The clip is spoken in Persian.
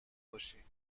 باشی